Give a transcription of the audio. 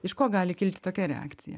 iš ko gali kilti tokia reakcija